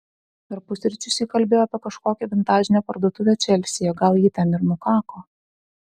per pusryčius ji kalbėjo apie kažkokią vintažinę parduotuvę čelsyje gali ji ten ir nukako